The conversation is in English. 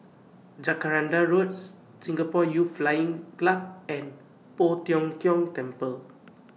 Jacaranda Roads Singapore Youth Flying Club and Poh Tiong Kiong Temple